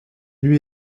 lui